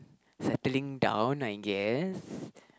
settling down I guess